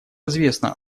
известно